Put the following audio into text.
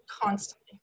Constantly